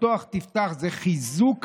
"פתח תפתח" זה מחזק מאוד,